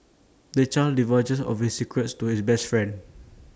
the child divulges of his secrets to his best friend